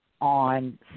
on